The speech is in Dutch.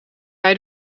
bij